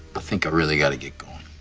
i think i really gotta get going.